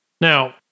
Now